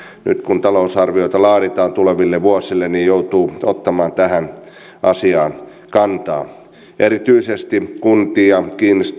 nyt kun talousarvioita laaditaan tuleville vuosille joutuu ottamaan tähän asiaan kantaa erityisesti kuntia